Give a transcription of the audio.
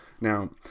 Now